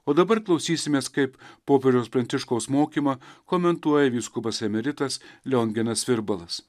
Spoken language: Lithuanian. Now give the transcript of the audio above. o dabar klausysimės kaip popiežiaus pranciškaus mokymą komentuoja vyskupas emeritas lionginas virbalas